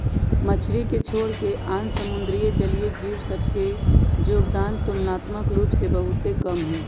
मछरी के छोरके आन समुद्री जलीय जीव सभ के जोगदान तुलनात्मक रूप से बहुते कम हइ